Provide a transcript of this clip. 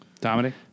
dominic